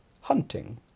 Hunting